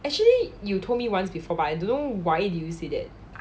actually you told me once before but I don't know why will you say that